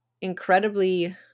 incredibly